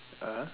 (uh huh)